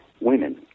women